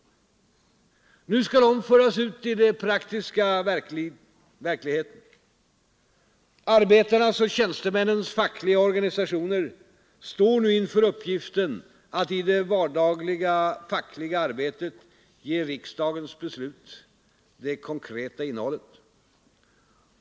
Nu skall dessa lagar föras ut i den praktiska verkligheten. Arbetarnas och tjänstemännens fackliga organisationer står inför uppgiften att i det vardagliga fackliga arbetet ge riksdagens beslut det konkreta innehållet.